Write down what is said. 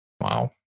Wow